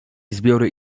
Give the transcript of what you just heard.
zbiory